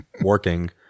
working